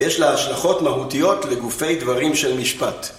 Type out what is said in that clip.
יש לה השלכות מהותיות לגופי דברים של משפט.